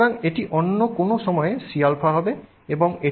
সুতরাং এটি অন্য কোনও সময় Cα হবে এবং এটি C তরল হবে